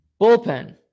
Bullpen